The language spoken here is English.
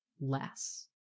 less